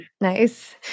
Nice